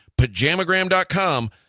Pajamagram.com